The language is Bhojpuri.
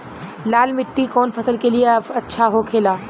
लाल मिट्टी कौन फसल के लिए अच्छा होखे ला?